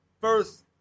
first